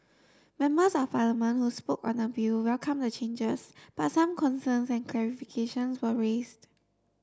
members of Parliament who spoke on the bill welcomed the changes but some concerns and clarifications were raised